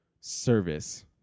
service